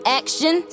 action